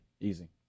Easy